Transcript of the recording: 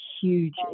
huge